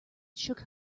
shook